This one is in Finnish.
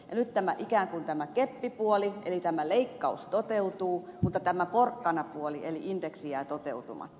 nyt tämä ikään kuin keppipuoli eli leikkaus toteutuu mutta tämä porkkanapuoli eli indeksi jää toteutumatta